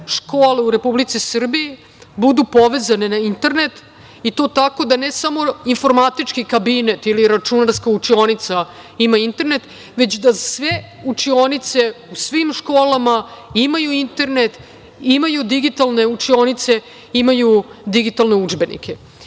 škole u Republici Srbiji budu povezane na internet, i to tako da ne samo informatički kabinet ili računarska učionica ima internet, već da sve učionice u svim školama imaju internet, imaju digitalne učionice, imaju digitalne udžbenike. To